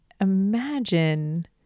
imagine